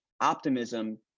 Optimism